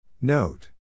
Note